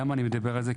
למה אני מדבר על זה?